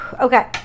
okay